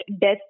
death